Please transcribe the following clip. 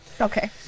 Okay